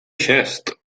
xest